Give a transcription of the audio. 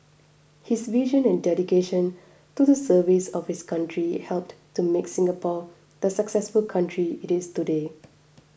his vision and dedication to the service of his country helped to make Singapore the successful country it is today